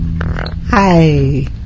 Hi